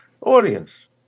audience